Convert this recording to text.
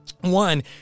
One